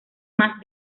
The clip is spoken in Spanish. más